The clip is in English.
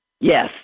Yes